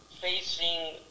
facing